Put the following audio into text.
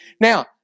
Now